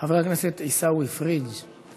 חבר הכנסת עיסאווי פריג'.